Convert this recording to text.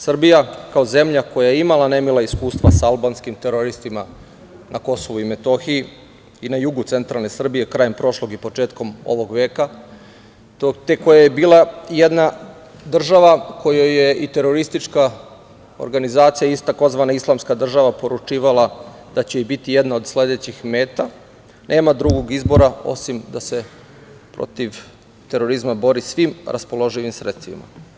Srbija kao zemlja koja je imala nemila iskustva sa albanskim teroristima na KiM i na jugu centralne Srbije krajem prošlog i početkom ovog veka, te koja je bila jedna država kojoj je i teroristička organizacija tzv. "Islamska država" poručivala da će joj biti jedna od sledećih meta, nema drugog izbora osim da se protiv terorizma bori svim raspoloživim sredstvima.